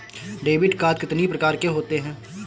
Debit card कितनी प्रकार के होते हैं?